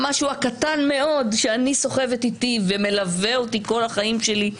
המשהו הקטן מאוד שאני סוחבת איתי ומלווה אותי כל החיים שלי,